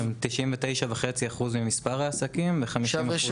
99.5% ממספר העסקים, ו-50% מהתוצר.